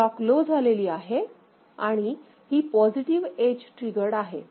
clock low झालेली आहे आणि ही पॉझिटिव्ह एज ट्रीगर्ड आहे